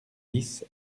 dix